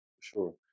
sure